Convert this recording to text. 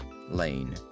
Lane